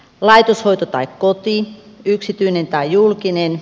laitoshoito tai koti yksityinen tai julkinen